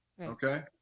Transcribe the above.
okay